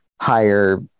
higher